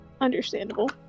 Understandable